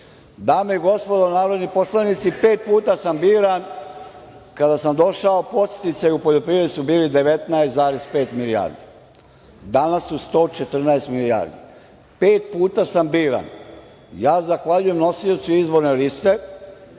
i gospodo narodni poslanici, pet puta sam biran, kada sam došao podsticaj u poljoprivredi je bio 19,5 milijardi. Danas su 114 milijardi. Pet puta sam biran. Ja zahvaljujem nosiocu Izborne liste